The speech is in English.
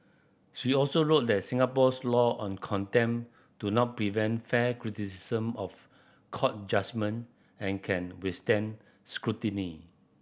she also wrote that Singapore's law on contempt do not prevent fair criticism of court judgement and can withstand scrutiny